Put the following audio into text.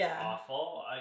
awful